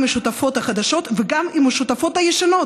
השותפות החדשות וגם עם השותפות הישנות,